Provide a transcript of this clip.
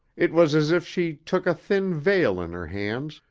it was as if she took a thin veil in her hands,